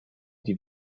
die